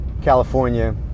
california